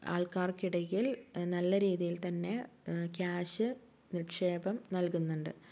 ആൾക്കാർക്കിടയിൽ നല്ല രീതിയിൽ തന്നെ ക്യാഷ് നിക്ഷേപം നൽകുന്നുണ്ട്